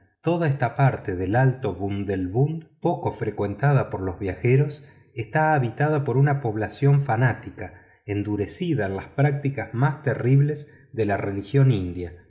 toda esta parte del alto bundelbund poco frecuentada por los viajeros está habitada por una población fanática endurecida en las prácticas más terribles de la religión india